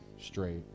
straight